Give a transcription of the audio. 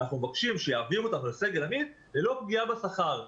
אנחנו מבקשים שיעבירו אותם לסגל עמית ללא פגיעה בשכר.